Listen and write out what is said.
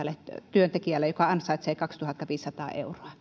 työntekijälle joka ansaitsee kaksituhattaviisisataa euroa